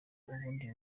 ubundi